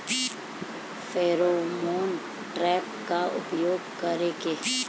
Pheromone trap का उपयोग कर के?